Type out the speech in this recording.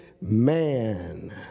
man